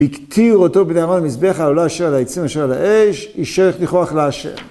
הכתיר אותו בדיוק על המזבח, אבל לא אשר על העצים, אשר על האש, אישך לכוח לאשר.